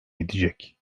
edecek